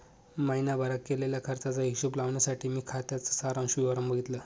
महीण्याभारत केलेल्या खर्चाचा हिशोब लावण्यासाठी मी खात्याच सारांश विवरण बघितले